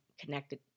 connected